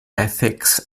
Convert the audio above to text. ethics